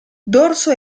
dorso